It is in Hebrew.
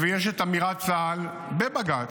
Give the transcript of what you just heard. ויש את אמירת צה"ל בבג"ץ,